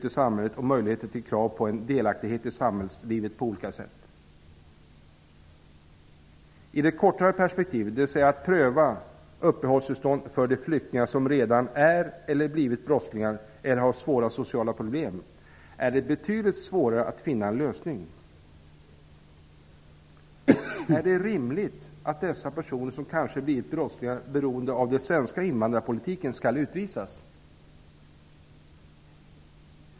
I det kortare perspektivet, dvs. att pröva uppehållstillstånd för de flyktingar som redan är eller blivit brottslingar eller har svåra sociala problem, är det betydligt svårare att finna en lösning. Är det rimligt att dessa personer, som kanske blivit brottslingar beroende på den svenska invandrarpolitiken, skall utvisas?